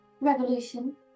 revolution